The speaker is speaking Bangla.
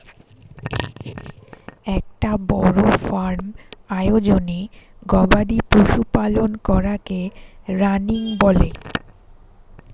একটা বড় ফার্ম আয়োজনে গবাদি পশু পালন করাকে রানিং বলে